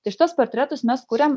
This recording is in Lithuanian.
tai šituos portretus mes kuriam